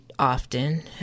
Often